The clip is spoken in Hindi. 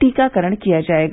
टीकाकरण किया जायेगा